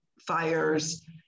fires